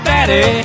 Daddy